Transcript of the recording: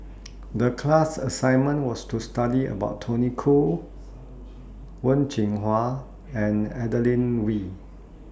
The class assignment was to study about Tony Khoo Wen Jinhua and Adeline Ooi